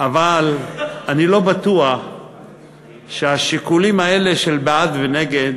אבל אני לא בטוח שהשיקולים האלה של בעד ונגד